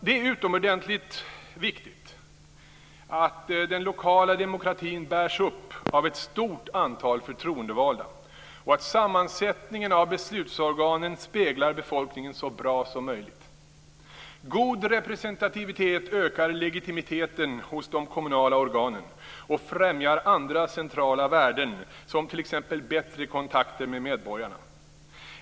Det är utomordentligt viktigt att den lokala demokratin bärs upp av ett stort antal förtroendevalda och att sammansättningen av beslutsorganen speglar befolkningen så bra som möjligt. God representativitet ökar legitimiteten hos de kommunala organen och främjar andra centrala värden som t.ex. bättre kontakter med medborgarna.